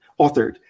authored